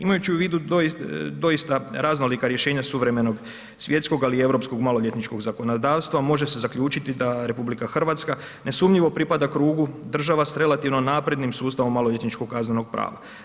Imajući u vidu doista raznolika rješenja suvremenog svjetskog ali europskog maloljetničkog zakonodavstva, može se zaključiti da RH ne sumnjivo pripada krugu država s relativno naprednim sustavom maloljetničkog kaznenog prava.